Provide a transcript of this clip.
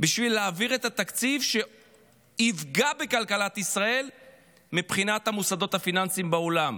בשביל להעביר תקציב שיפגע בכלכלת ישראל מבחינת המוסדות הפיננסיים בעולם?